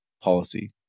policy